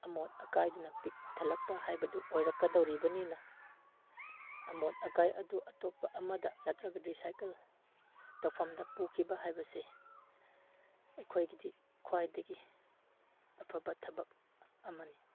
ꯑꯃꯣꯠ ꯑꯀꯥꯏꯗꯨꯅ ꯄꯤꯛ ꯊꯜꯂꯛꯄ ꯍꯥꯏꯕꯗꯨ ꯑꯣꯏꯔꯛꯀꯗꯧꯔꯤꯕꯅꯤꯅ ꯑꯃꯣꯠ ꯑꯀꯥꯏ ꯑꯗꯨ ꯑꯇꯣꯞꯄ ꯑꯃꯗ ꯅꯠꯇ꯭ꯔꯒ ꯔꯤꯁꯥꯏꯀꯜ ꯇꯧꯐꯝꯗ ꯄꯨꯈꯤꯕ ꯍꯥꯏꯕꯁꯤ ꯑꯩꯈꯣꯏꯒꯤꯗꯤ ꯈ꯭ꯋꯥꯏꯗꯒꯤ ꯑꯐꯕ ꯊꯕꯛ ꯑꯃꯅꯤ